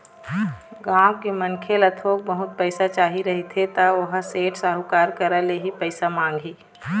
गाँव के मनखे ल थोक बहुत पइसा चाही रहिथे त ओहा सेठ, साहूकार करा ले ही पइसा मांगही